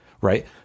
right